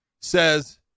says